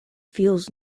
feels